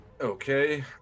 Okay